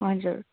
हजुर